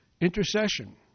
intercession